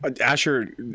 Asher